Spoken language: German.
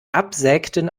absägten